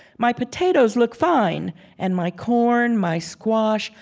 my potatoes look fine and my corn, my squash,